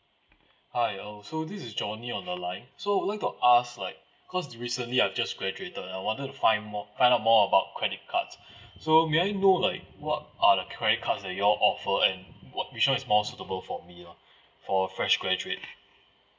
hi oh so this is johnny on the line so want got ask like cause recently I just graduated I wanted to find more find out more about credit cards so may I know like what are the credit cards that you all offer and what which one is more suitable for me lah for fresh graduate